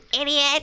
idiot